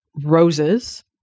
roses